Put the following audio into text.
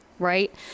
right